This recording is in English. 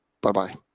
Bye-bye